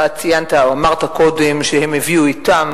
אתה ציינת או אמרת קודם שהם הביאו אתם,